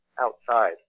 outside